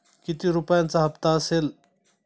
किती रुपयांचा हप्ता असेल?